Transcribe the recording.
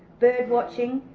birdwatching,